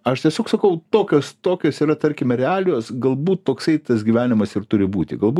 aš tiesiog sakau tokios tokios yra tarkime realijos galbūt toksai tas gyvenimas ir turi būti galbūt